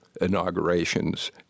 inaugurations